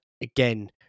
again